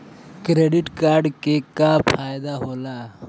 Credit card के का फायदा होला?